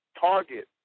target